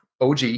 OG